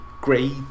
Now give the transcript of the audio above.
great